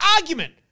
argument